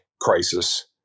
crisis